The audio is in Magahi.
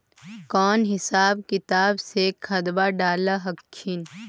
कौन हिसाब किताब से खदबा डाल हखिन?